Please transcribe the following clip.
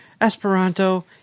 Esperanto